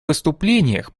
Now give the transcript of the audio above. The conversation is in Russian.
выступлениях